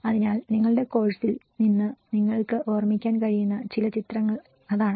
അതിനാൽ നിങ്ങളുടെ കോഴ്സിൽ നിന്ന് നിങ്ങൾക്ക് ഓർമ്മിക്കാൻ കഴിയുന്ന ചില ചിത്രങ്ങൾ അതാണ്